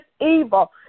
evil